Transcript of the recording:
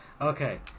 Okay